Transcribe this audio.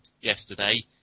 yesterday